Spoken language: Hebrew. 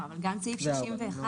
אבל גם סעיף 61,